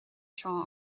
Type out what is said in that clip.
seo